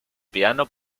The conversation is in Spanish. piano